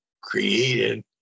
created